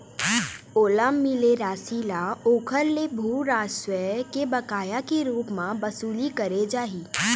ओला मिले रासि ल ओखर ले भू राजस्व के बकाया के रुप म बसूली करे जाही